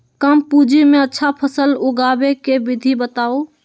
कम पूंजी में अच्छा फसल उगाबे के विधि बताउ?